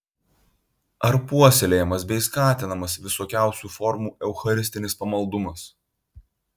ar puoselėjamas bei skatinamas visokiausių formų eucharistinis pamaldumas